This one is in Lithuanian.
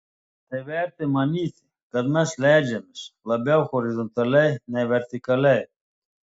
tai vertė manyti kad mes leidžiamės labiau horizontaliai nei vertikaliai